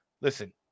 Listen